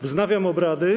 Wznawiam obrady.